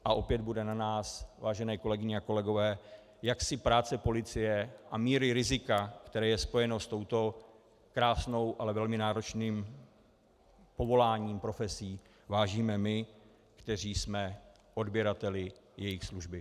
A opět bude na nás, vážené kolegyně a kolegové, jak si práce policie a míry rizika, které je spojeno s touto krásnou, ale velmi náročnou profesí, povoláním, vážíme my, kteří jsme odběrateli jejich služby.